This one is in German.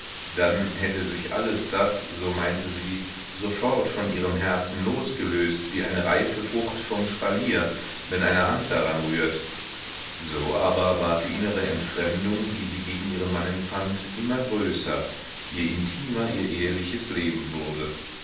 dann hätte sich alles das so meinte sie sofort von ihrem herzen losgelöst wie eine reife frucht vom spalier wenn eine hand daran rührt so aber ward die innere entfremdung die sie gegen ihren mann empfand immer größer je intimer ihr eheliches leben wurde